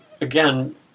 again